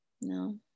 No